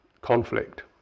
conflict